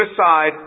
aside